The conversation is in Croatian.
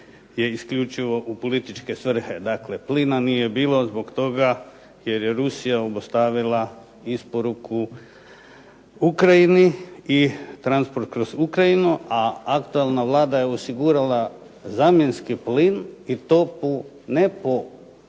je isključivo u političke svrhe. Dakle plina nije bilo zbog toga jer je Rusija obustavila isporuku Ukrajini i transport kroz Ukrajinu, a aktualna Vlada je osigurala zamjenski plin i to ne po